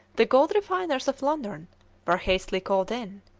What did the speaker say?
the gold refiners of london were hastily called in,